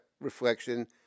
reflection